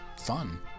fun